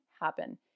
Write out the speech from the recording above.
happen